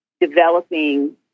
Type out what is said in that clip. developing